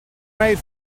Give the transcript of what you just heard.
made